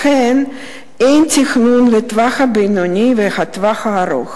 לכן אין תכנון לטווח הבינוני ולטווח הארוך.